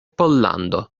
pollando